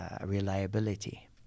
reliability